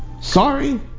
Sorry